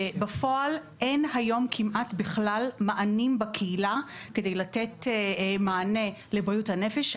ובפועל אין היום כמעט בכלל מענים בקהילה כדי לתת מענה לבריאות הנפש.